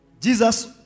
Jesus